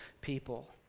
people